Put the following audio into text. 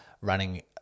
running